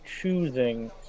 choosing